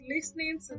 listening